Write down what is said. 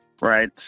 right